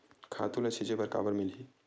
खातु ल छिंचे बर काबर मिलही?